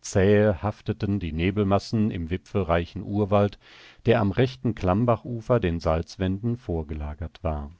zähe hafteten die nebelmassen im wipfelreichen urwald der am rechten klammbachufer den salzwänden vorgelagert war